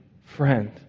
friend